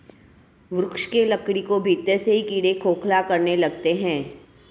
वृक्ष के लकड़ी को भीतर से ही कीड़े खोखला करने लगते हैं